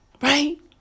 right